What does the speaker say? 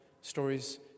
stories